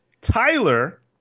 Tyler